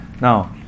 Now